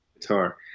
guitar